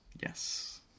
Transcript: Yes